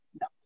no